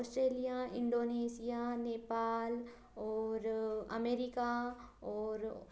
Australia Indonesia Nepal और America